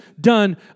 done